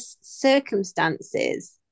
circumstances